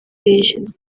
iye